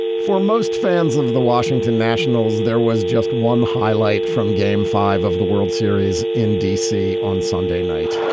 for most fans of the washington nationals there was just one highlight from game five of the world series in d c. on sunday night